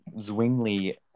Zwingli